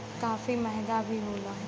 काफी महंगा भी होला